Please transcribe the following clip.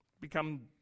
Become